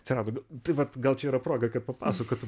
atsirado tai vat gal čia yra proga kad papasakotum